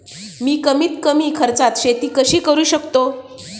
मी कमीत कमी खर्चात शेती कशी करू शकतो?